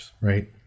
right